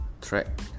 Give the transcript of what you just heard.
track